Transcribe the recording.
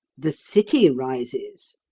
the city rises.